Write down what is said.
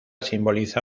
simboliza